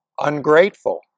ungrateful